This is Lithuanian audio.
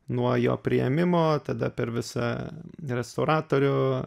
nuo jo priėmimo tada per visą restauratorių